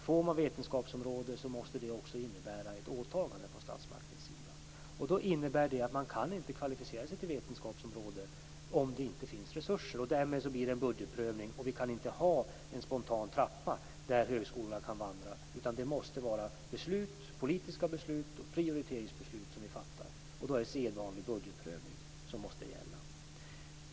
Får man vetenskapsområden måste det också innebära ett åtagande från statsmaktens sida. Det innebär att man inte kan kvalificera sig till ett vetenskapsområde om det inte finns resurser, och därmed blir det en budgetprövning. Vi kan inte ha en spontan trappa där högskolorna kan vandra, utan det måste vara beslut, politiska beslut och prioriteringsbeslut, som vi fattar. Och då är det sedvanlig budgetprövning som måste gälla.